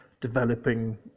developing